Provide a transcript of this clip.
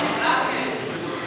כולם כן.